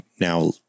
now